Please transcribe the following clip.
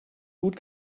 gut